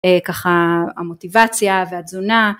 ככה המוטיבציה והתזונה